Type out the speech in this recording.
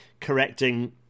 correcting